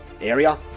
area